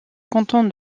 canton